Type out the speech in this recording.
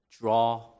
draw